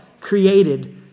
created